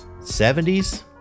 70s